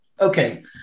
okay